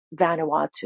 Vanuatu